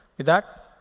with that,